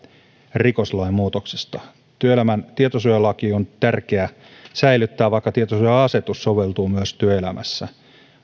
rikoslain muutoksesta työelämän tietosuojalaki on tärkeä säilyttää vaikka tietosuoja asetus soveltuu myös työelämässä